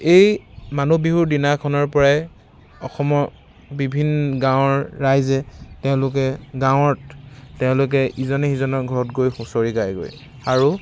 এই মানুহ বিহুৰ দিনাখনৰ পৰাই অসমৰ বিভিন গাঁৱৰ ৰাইজে তেওঁলোকে গাঁৱত তেওঁলোকে ইজনে সিজনৰ ঘৰত গৈ হুঁচৰি গায়গৈ আৰু